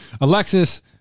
Alexis